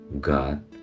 god